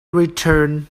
return